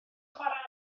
chwarae